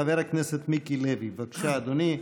חבר הכנסת מיקי לוי, בבקשה, אדוני.